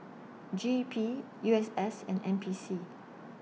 G E P U S S and N P C